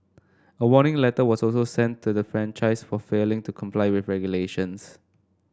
a warning letter was also sent to the franchisee for failing to comply with regulations